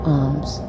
arms